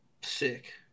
Sick